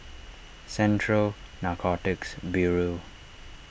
Central Narcotics Bureau